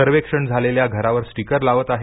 सर्वेक्षण झालेल्या घरावर स्टिकर लावत आहेत